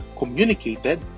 communicated